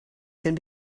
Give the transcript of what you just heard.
can